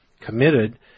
committed